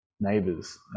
neighbors